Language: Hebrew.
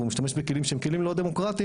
והוא משתמש בכלים שהם כלים לא דמוקרטיים,